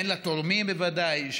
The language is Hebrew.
הן לתורמים בוודאי,